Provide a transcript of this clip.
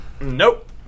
nope